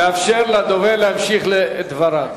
תאפשר לדובר להמשיך בדבריו.